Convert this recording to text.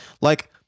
Like-